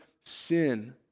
sin